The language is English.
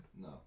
No